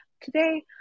today